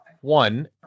One